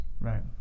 Right